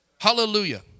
Hallelujah